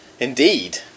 Indeed